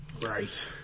right